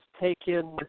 taken